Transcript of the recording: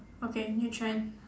okay new trend